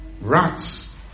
rats